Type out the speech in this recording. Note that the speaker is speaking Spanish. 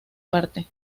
parte